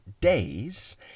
days